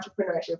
Entrepreneurship